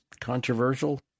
controversial